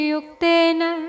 Yuktena